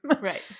Right